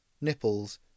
nipples